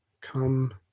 come